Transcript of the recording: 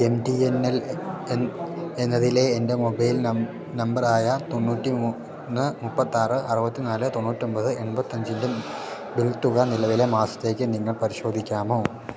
M T N L എന്നതിലെ എൻ്റെ mobile നമ്പറായ തൊണ്ണൂറ്റി മൂന്ന് മുപ്പത്താറ് അറുപത്തിനാല് തൊണ്ണൂറ്റൊമ്പത് എമ്പത്തഞ്ചിൻ്റെ ബിൽ തുക നിലവിലെ മാസത്തേക്ക് നിങ്ങൾ പരിശോധിക്കാമോ